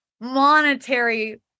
monetary